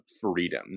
freedom